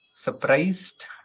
surprised